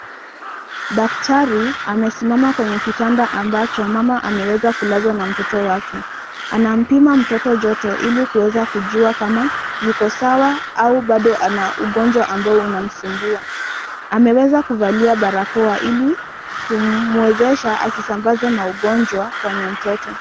Daktari amesimama kwenye kitanda ambacho mama ameweza kulazwa na mtoto wake. Anampima mtoto joto ili kuweza kujua kama, yuko sawa au bado ana ugonjwa ambao unamsumbua. Ameweza kuvalia barakoa ili kumwezesha asisambaze maugonjwa, kwenye mtoto.